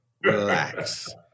Relax